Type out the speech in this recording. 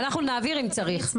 אנחנו נעביר אם צריך.